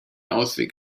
ausweg